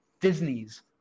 Disney's